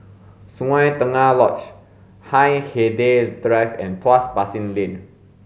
Sungei Tengah Lodge Hindhede Drive and Tuas Basin Lane